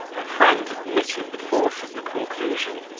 her friend admitted the force of the conclusion,